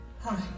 Hi